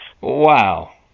Wow